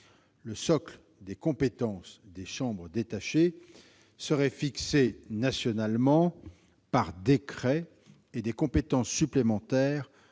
Le socle des compétences des chambres détachées serait fixé nationalement, par décret. Des compétences supplémentaires